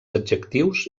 adjectius